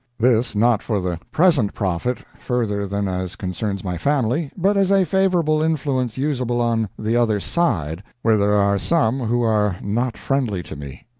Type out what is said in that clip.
this, not for the present profit, further than as concerns my family, but as a favorable influence usable on the other side, where there are some who are not friendly to me.